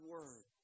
Word